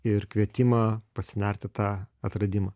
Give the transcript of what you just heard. ir kvietimą pasinert į tą atradimą